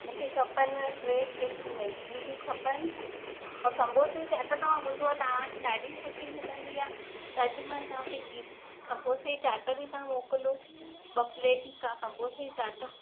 मुखे खपनि टे प्लेटियूं मैगी जूं खपनि ऐं समोसे जी चाट त ॿुधो आहे तव्हांखे ॾाढी सुठी मिलंदी आहे त अॼु मां चवां पई की समोसे जी चाट बि तव्हां मोकिलो ॿ प्लेट तव्हां समोसे जी चाट